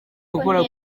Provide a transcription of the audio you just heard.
gukorwa